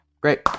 Great